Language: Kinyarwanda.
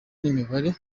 n’imibare